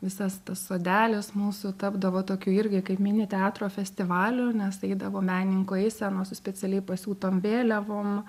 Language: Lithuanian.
visas tas sodelis mūsų tapdavo tokiu irgi kaip mini teatro festivaliu nes eidavo menininkų eisenos specialiai pasiūtom vėliavom